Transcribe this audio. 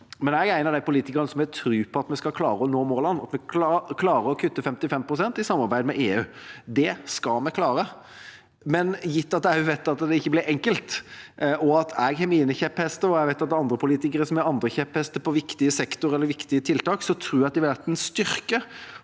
jeg er en av de politikerne som har tro på at vi skal klare å nå målene, at vi skal klare å kutte 55 pst. i samarbeid med EU. Det skal vi klare. Men gitt at jeg også vet at det ikke blir enkelt, og at jeg har mine kjepphester, slik jeg vet at andre politikere har andre kjepphester på viktige sektorer eller viktige tiltak, tror jeg det ville vært en styrke